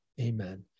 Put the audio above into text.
Amen